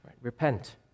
Repent